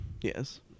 Yes